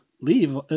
leave